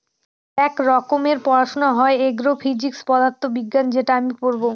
এক রকমের পড়াশোনা হয় এগ্রো ফিজিক্স পদার্থ বিজ্ঞান যেটা আমি পড়বো